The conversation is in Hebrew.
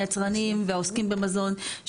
היצרנים והעוסקים במזון,